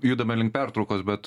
judame link pertraukos bet